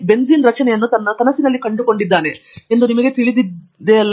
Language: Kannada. ಕೆಕುಲೆ Benzene ರಚನೆಯನ್ನು ತನ್ನ ಕನಸಿನಲ್ಲಿ ಕಂಡುಹಿಡಿದಿದ್ದಾನೆ ಎಂದು ನಿಮಗೆ ತಿಳಿದಿದ್ದರೆ ನನಗೆ ಗೊತ್ತಿಲ್ಲ